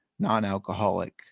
Non-alcoholic